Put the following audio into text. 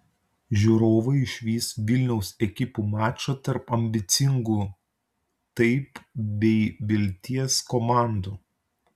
žiūrovai išvys vilniaus ekipų mačą tarp ambicingų taip bei vilties komandų